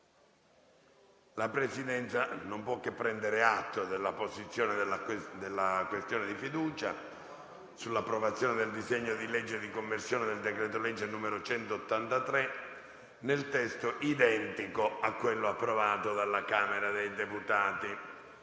La Presidenza prende atto della posizione della questione di fiducia sull'approvazione del disegno di legge di conversione del decreto-legge n. 183, nel testo identico a quello approvato dalla Camera dei deputati.